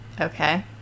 okay